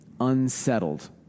unsettled